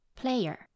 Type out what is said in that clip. player